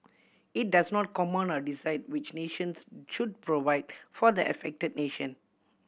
it does not command or decide which nations should provide for the affected nation